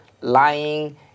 lying